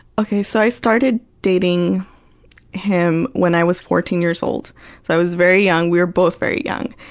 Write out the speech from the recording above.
okay, so i started dating him when i was fourteen years old, so i was very young. we were both very young.